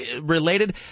related